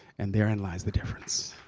and therein lies the difference.